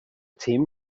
team